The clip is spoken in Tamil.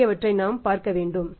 ஆகியவற்றை நாம் பார்க்கவேண்டும்